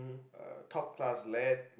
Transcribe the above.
uh top class lad